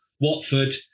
Watford